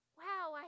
wow